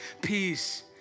peace